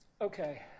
Okay